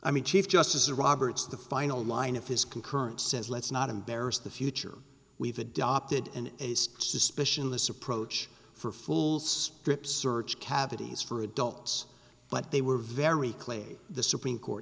i mean chief justice roberts the final line of his concurrence says let's not embarrass the future we've adopted an ace suspicion this approach for fools strip search cavities for adults but they were very clay the supreme court